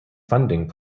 funding